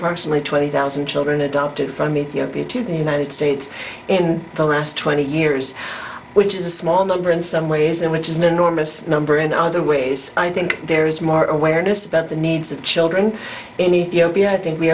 personally twenty thousand children adopted from ethiopia to the united states in the last twenty years which is a small number in some ways and which is an enormous number in other ways i think there is more awareness about the needs of children any b i think we